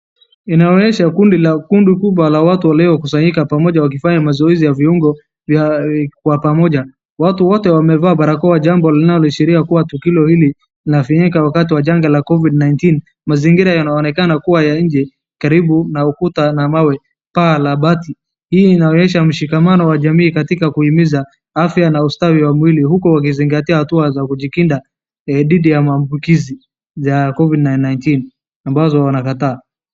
Inaonyesha kundi kubwa la watu waliokusanyika pamoja wakifanya mazoezi ya viuongo kwa pamoja. Watu wote wamevaa barakoa jambo linaloashiria kuwa tukio hili linafanyika wakati wa janga la Covid 19.Mazingira yanaonekana kuwa ya nje karibu na ukuta na mawe paa la bati, hii inaonyesha mshikamano wa jamii katika kuhimiza afya na ustawi wa mwili huku wakizingatia hatua za kujikinga dhidi ya maambukizi ya covid 19 ambazo wanakataa.